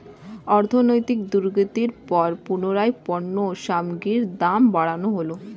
অর্থনৈতিক দুর্গতির পর পুনরায় পণ্য সামগ্রীর দাম বাড়ানো হলো